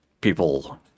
people